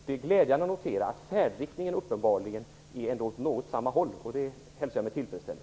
Det är glädjande att notera att färdriktningen är någorlunda densamma.